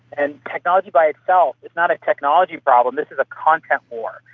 and technology by itself, it's not a technology problem, this is a content war,